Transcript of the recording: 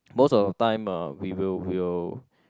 most of the time uh we will we will